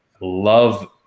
Love